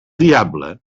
diable